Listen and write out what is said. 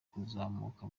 kuzamuka